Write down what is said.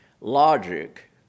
logic